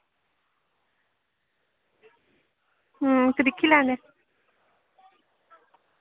अं ते दिक्खी लैन्ने आं